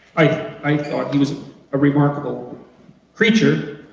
i i thought he was a remarkable creature.